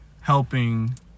helping